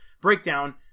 breakdown